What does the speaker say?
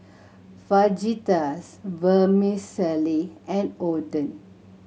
Fajitas Vermicelli and Oden